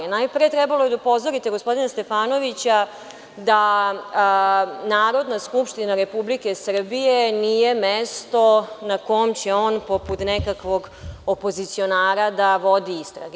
Najpre, trebalo je da upozorite gospodina Stefanovića da Narodna skupština Republike Srbije nije mesto na kome će on poput nekakvog opozicionara da vodi istrage.